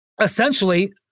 Essentially